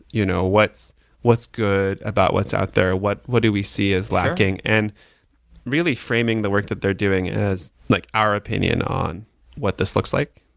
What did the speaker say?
you know what's what's good about what's out there, what what do we see is lacking, and really framing the work that they're doing as like our opinion on what this looks like,